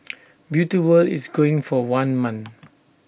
beauty world is going for one month